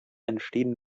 entstehen